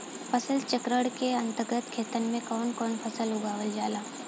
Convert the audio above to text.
फसल चक्रण के अंतर्गत खेतन में कवन कवन फसल उगावल जाला?